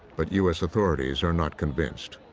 but u s. authorities are not convinced.